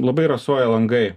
labai rasoja langai